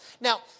Now